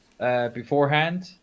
Beforehand